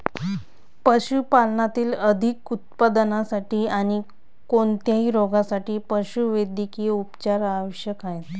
पशुपालनातील अधिक उत्पादनासाठी आणी कोणत्याही रोगांसाठी पशुवैद्यकीय उपचार आवश्यक आहेत